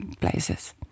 places